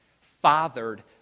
fathered